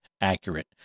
accurate